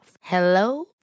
Hello